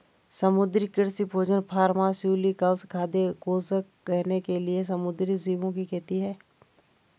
समुद्री कृषि भोजन फार्मास्यूटिकल्स, खाद्य योजक, गहने के लिए समुद्री जीवों की खेती है